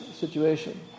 situation